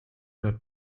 not